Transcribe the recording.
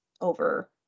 over